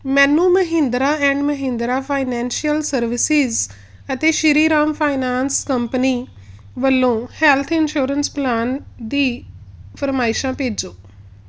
ਮੈਨੂੰ Mahindra and Mahindra Financial Services ਅਤੇ Shriram Finance company ਵੱਲੋਂ ਹੈੱਲਥ ਇੰਸੂਰੈਂਸ ਪਲਾਨ ਦੀ ਫਰਮਾਇਸ਼ਾਂ ਭੇਜੋ